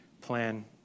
plan